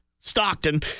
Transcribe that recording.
Stockton